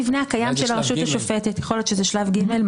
נמצא שם.